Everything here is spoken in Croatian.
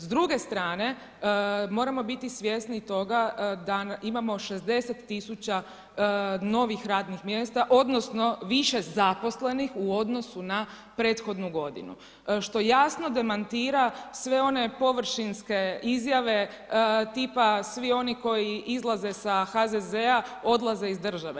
S druge strane, moramo biti svjesni toga da imamo 60 tisuća novih radnih mjesta, odnosno više zaposlenih u odnosu na prethodnu godinu što jasno demantira sve one površinske izjave tipa svi oni koji izlaze sa HZZ-a odlaze iz države.